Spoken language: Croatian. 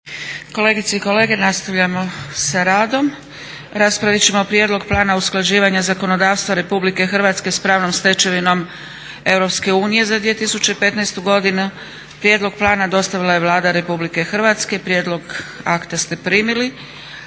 Kolegice i kolege, nastavljamo sa radom. Raspravit ćemo - Prijedlog plana usklađivanja zakonodavstva Republike Hrvatske s pravnom stečevinom Europske unije za 2015. godinu Prijedlog plana dostavila je Vlada Republike Hrvatske. Prijedlog akta ste primili.